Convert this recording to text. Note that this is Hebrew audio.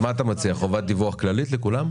אז מה אתה מציע, חובת דיווח כללית לכולם?